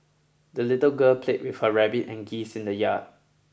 the little girl played with her rabbit and geese in the yard